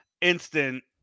instant